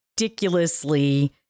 ridiculously